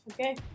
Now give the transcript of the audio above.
Okay